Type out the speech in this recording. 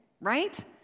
right